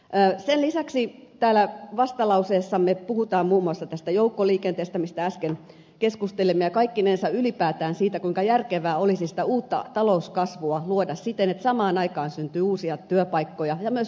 sen lisäksi täällä vastalauseessamme puhutaan muun muassa joukkoliikenteestä mistä äsken keskustelimme ja kaikkinensa ylipäätään siitä kuinka järkevää olisi sitä uutta talouskasvua luoda siten että samaan aikaan syntyy uusia työpaikkoja ja myös ympäristö kiittää